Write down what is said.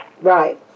Right